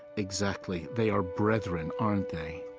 exactly. they are brethren, aren't they?